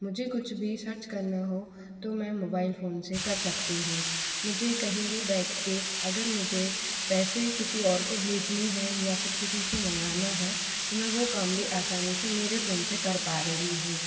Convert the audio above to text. मुझे कुछ भी सर्च करना हो तो मैं मोबाइल फ़ोन से कर सकती हूँ मुझे कहीं भी बैठ के अगर मुझे पैसे किसी और को भेजने हैं या फिर किसी से मंगाना है तो मैं वो काम भी आसानी से मेरे फ़ोन से कर पा रही हूँ